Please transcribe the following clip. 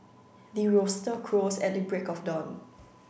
the rooster crows at the break of dawn